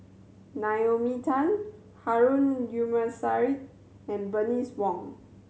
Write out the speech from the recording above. Naomi Tan Harun and Bernice Wong